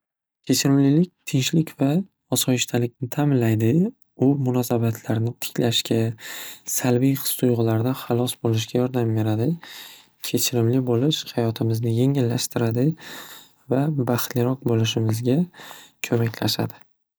Kechirimlilik tinchlik va osoyishtalikni ta'minlaydi. U munosabatlarni tiklashga, salbiy his tuyg'ulardan halos bo'lishga yordam beradi. Kechirimli bo'lish hayotimizni yengillashtiradi va baxtliroq bo'lishimizga ko'maklashadi.